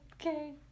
okay